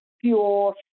pure